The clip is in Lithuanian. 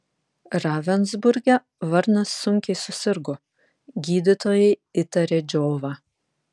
ravensburge varnas sunkiai susirgo gydytojai įtarė džiovą